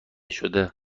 شده